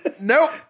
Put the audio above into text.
Nope